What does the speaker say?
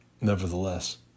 nevertheless